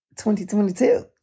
2022